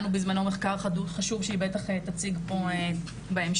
בזמנו מחקר חשוב שהיא בטח תציג פה בהמשך.